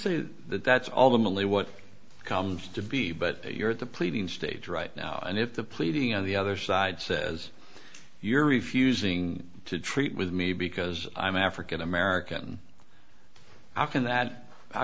say that that's all the what comes to be but you're at the pleading stage right now and if the pleading on the other side says you're refusing to treat with me because i'm african american how can that how